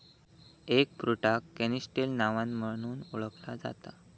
एगफ्रुटाक canistel नावान म्हणुन ओळखला जाता